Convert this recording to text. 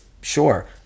sure